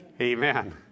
amen